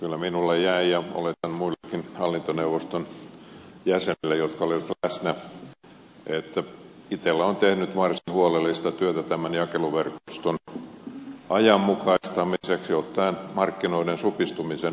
kyllä minulle jäi ja oletan muillekin hallintoneuvoston jäsenille jotka olivat läsnä käsitys että itella on tehnyt varsin huolellista työtä tämän jakeluverkoston ajanmukaistamiseksi ottaen markkinoiden supistumisen huomioon